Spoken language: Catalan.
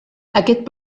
aquest